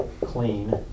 clean